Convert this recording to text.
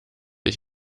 ich